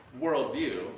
worldview